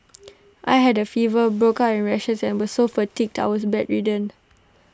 I had A fever broke out in rashes and was so fatigued I was bedridden